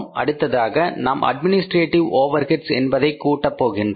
அடுத்ததாக நாம் administrative overheads என்பதை கூட்ட போகின்றோம்